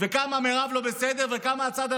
וכמה מירב לא בסדר וכמה הצד,